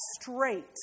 straight